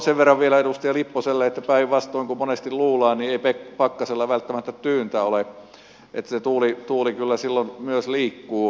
sen verran vielä edustaja lipposelle että päinvastoin kuin monesti luullaan ei pakkasella välttämättä tyyntä ole kyllä se tuuli myös silloin liikkuu